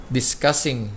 discussing